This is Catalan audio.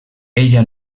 ella